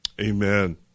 amen